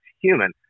human